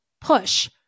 Push